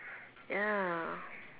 ya